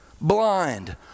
blind